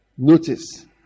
notice